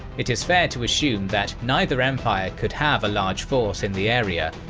it is fair to assume that neither empire could have a large force in the area,